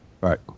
Right